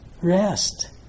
Rest